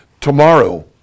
Tomorrow